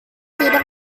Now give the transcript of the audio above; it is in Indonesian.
tidak